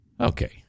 Okay